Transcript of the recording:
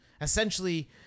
Essentially